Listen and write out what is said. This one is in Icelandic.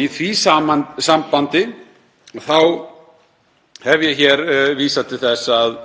Í því sambandi hef ég hér vísað til þess að